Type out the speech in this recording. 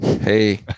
Hey